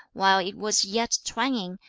while it was yet twanging,